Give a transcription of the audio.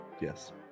Yes